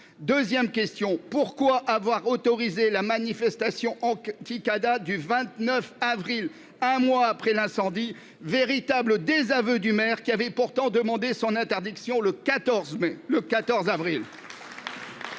2ème question pourquoi avoir autoriser la manifestation aux qui date du 29 avril, un mois après l'incendie, véritable désaveu du maire qui avait pourtant demander son interdiction le 14 mai,